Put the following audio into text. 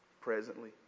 Presently